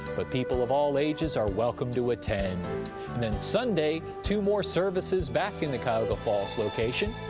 but people of all ages are welcome to attend. and then sunday, two more services back in the cuyahoga falls location.